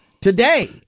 today